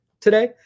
Today